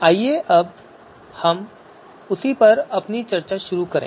आइए हम उसी पर अपनी चर्चा शुरू करें